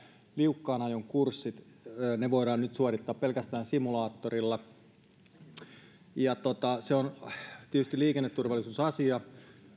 liukkaan ajon kurssit voidaan nyt suorittaa pelkästään simulaattorilla se on tietysti liikenneturvallisuusasia